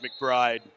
McBride